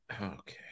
okay